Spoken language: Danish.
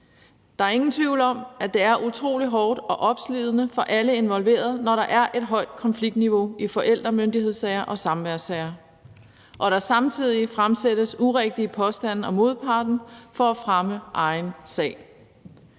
Der er ingen tvivl om, at det er utrolig hårdt og opslidende for alle involverede, når der er et højt konfliktniveau i forældremyndighedssager og samværssager og der samtidig fremsættes urigtige påstande om modparten for at fremme egen sag.